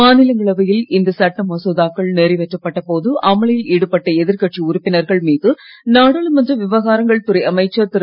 மாநிங்களவை இந்த சட்ட மசோதாக்கள் நிறைவேற்றப்பட்ட போது அமளியில் சடுபட்ட எதிர்கட்சி உறுப்பினர்கள் மீது நாடாளுமன்ற விவகாரங்கள் துறை அமைச்சர் திரு